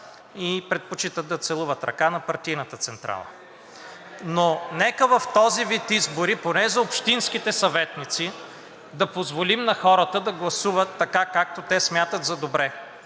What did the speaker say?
и предпочитат да целуват ръка на партийната централа. (Оживление.) Но нека в този вид избори поне за общинските съветници да позволим на хората да гласуват така, както те смятат за добре.